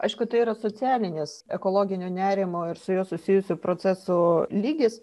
aišku tai yra socialinis ekologinio nerimo ir su juo susijusių procesų lygis